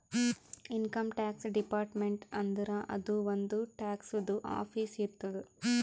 income tax department ಅಂದುರ್ ಅದೂ ಒಂದ್ ಟ್ಯಾಕ್ಸದು ಆಫೀಸ್ ಇರ್ತುದ್